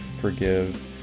forgive